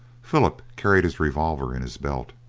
philip carried his revolver in his belt,